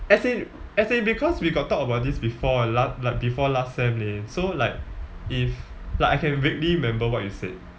as in as in because we got talk about this before la~ like before last sem leh so like if like I can vaguely remember what you said